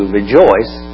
rejoice